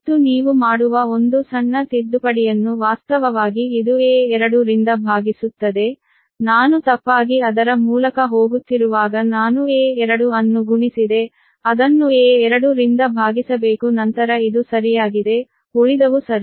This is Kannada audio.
ಮತ್ತು ನೀವು ಮಾಡುವ ಒಂದು ಸಣ್ಣ ತಿದ್ದುಪಡಿಯನ್ನು ವಾಸ್ತವವಾಗಿ ಇದು a2 ರಿಂದ ಭಾಗಿಸುತ್ತದೆ ನಾನು ತಪ್ಪಾಗಿ ಅದರ ಮೂಲಕ ಹೋಗುತ್ತಿರುವಾಗ ನಾನು a2 ಅನ್ನು ಗುಣಿಸಿದೆ ಅದನ್ನು a2 ರಿಂದ ಭಾಗಿಸಬೇಕು ನಂತರ ಇದು ಸರಿಯಾಗಿದೆ ಉಳಿದವು ಸರಿ